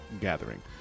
gathering